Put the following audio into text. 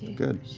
good.